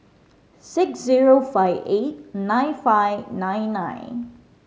six zero five eight nine five nine nine